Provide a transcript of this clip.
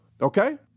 Okay